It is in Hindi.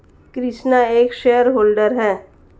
कृष्णा एक शेयर होल्डर है